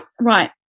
right